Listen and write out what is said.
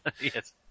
Yes